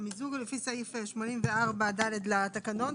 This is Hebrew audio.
לפי סעיף 84ד לתקנון,